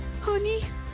Honey